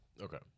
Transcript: Okay